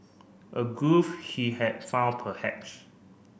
a groove he had found perhaps